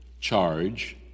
charge